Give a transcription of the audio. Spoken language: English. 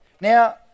Now